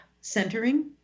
centering